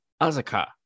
Azaka